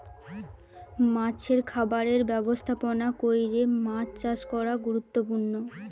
মাছের খামারের ব্যবস্থাপনা কইরে মাছ চাষ করা গুরুত্বপূর্ণ